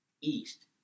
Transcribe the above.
East